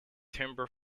timber